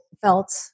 felt